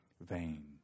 vain